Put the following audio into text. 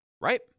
right